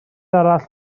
arall